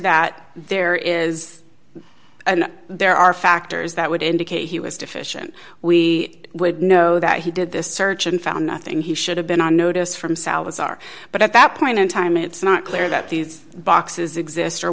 that there is an there are factors that would indicate he was deficient we would know that he did this search and found nothing he should have been on notice from salazar but at that point in time it's not clear that these boxes exist or